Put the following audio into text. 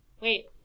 Wait